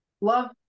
love